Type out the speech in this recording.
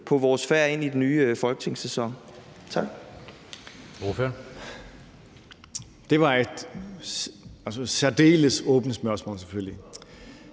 på vores færd ind i den nye folketingssæson?